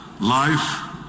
life